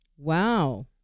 Wow